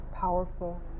powerful